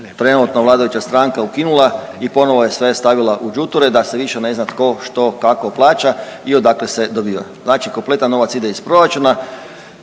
trenutno vladajuća stranka ukinula i ponovno je sve stavila u đuture da se više ne zna tko, što, kako plaća i odakle se dobiva. Znači kompletan novac ide iz proračuna